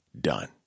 done